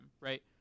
right